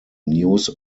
news